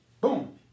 Boom